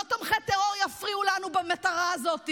לא תומכי טרור יפריעו לנו במטרה הזו,